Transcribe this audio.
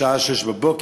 בשעה 06:00,